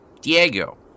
Diego